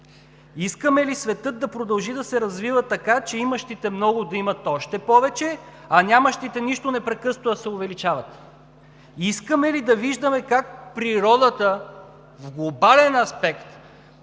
Искаме ли светът да продължи да се развива така, че имащите много да имат още повече, а нямащите нищо непрекъснато да се увеличават? Искаме ли да виждаме как природата в глобален аспект